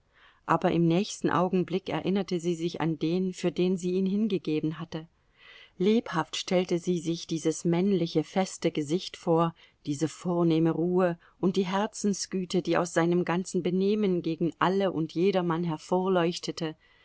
aber im nächsten augenblick erinnerte sie sich an den für den sie ihn hingegeben hatte lebhaft stellte sie sich dieses männliche feste gesicht vor diese vornehme ruhe und die herzensgüte die aus seinem ganzen benehmen gegen alle und jedermann